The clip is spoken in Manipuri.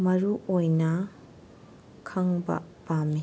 ꯃꯔꯨꯑꯣꯏꯅ ꯈꯪꯕ ꯄꯥꯝꯃꯤ